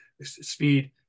speed